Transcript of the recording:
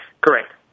Correct